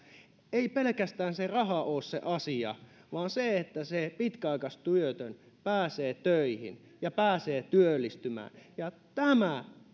ei pelkästään se raha ole se asia vaan se että se pitkäaikaistyötön pääsee töihin ja pääsee työllistymään